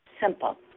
simple